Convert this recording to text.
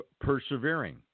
persevering